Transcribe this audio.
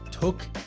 took